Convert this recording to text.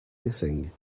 missing